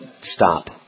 Stop